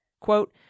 Quote